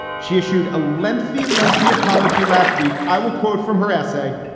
she issued a lengthy, lengthy apology last week. i will quote from her essay.